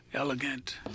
Elegant